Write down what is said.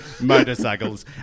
Motorcycles